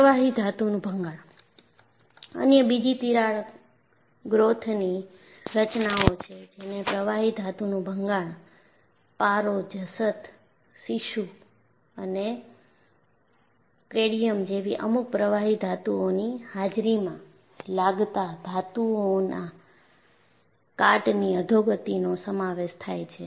પ્રવાહી ધાતુનું ભંગાણ અન્ય બીજી તિરાડ ગ્રોથની રચનાઓ છે જેને પ્રવાહી ધાતુનું ભંગાણ પારો જસત સીસું અને કેડમિયમ જેવી અમુક પ્રવાહી ધાતુઓની હાજરીમાં લગતા ધાતુઓબના કાટની અધોગતિનો સમાવેશ થાય છે